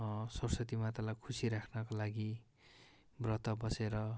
सरस्वती मातालाई खुसी राख्नको लागि व्रत बसेर